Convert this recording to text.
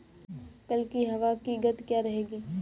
कल की हवा की गति क्या रहेगी?